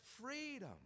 freedom